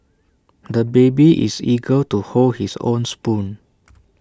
the baby is eager to hold his own spoon